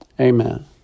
Amen